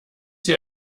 hier